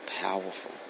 powerful